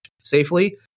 safely